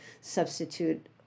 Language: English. substitute